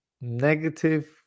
negative